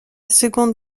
seconde